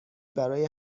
برای